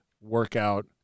workout